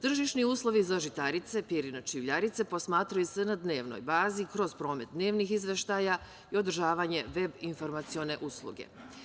Tržišni uslovni za žitarice, pirinač i uljarice posmatraju se na dnevnoj bazi kroz promet dnevnih izveštaja i održavanje veb informacione usluge.